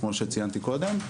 כמו שציינתי קודם.